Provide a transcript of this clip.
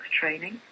training